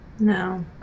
No